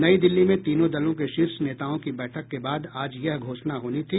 नई दिल्ली में तीनों दलों के शीर्ष नेताओं की बैठक के बाद आज यह घोषणा होनी थी